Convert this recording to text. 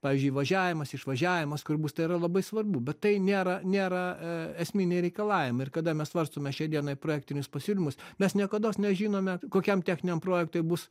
pavyzdžiui įvažiavimas išvažiavimas kur bus tai yra labai svarbu bet tai nėra nėra esminiai reikalavimai ir kada mes svarstome šiai dienai projektinius pasiūlymus mes niekados nežinome kokiam techniniam projektui bus